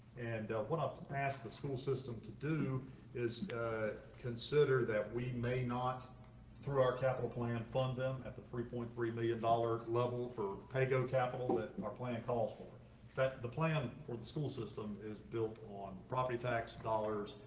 and one off to pass the school system to do is ah consider that we may not through our capital plan fund them at the three point three million dollars level for pego capital that and our plan calls for that the plan for the school system is built on property tax dollars,